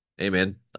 Amen